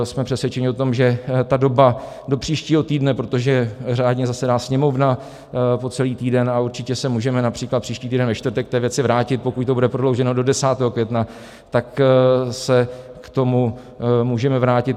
Jsme přesvědčeni o tom, že doba do příštího týdne, protože řádně zasedá Sněmovna po celý týden a určitě se můžeme například příští týden ve čtvrtek k té věci vrátit, pokud to bude prodlouženo do 10. května 2020, tak se k tomu můžeme vrátit.